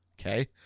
Okay